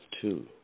two